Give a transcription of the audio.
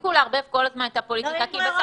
תפסיקו לערב כל הזמן את הפוליטיקה כי בסוף